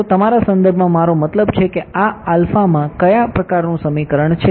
તો તમારા સંદર્ભમાં મારો મતલબ છે કે આલ્ફામાં આ કયા પ્રકારનું સમીકરણ છે